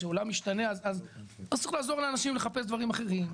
כשעולם משתנה אז צריך לעזור לאנשים לחפש דברים אחרים,